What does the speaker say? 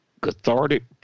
cathartic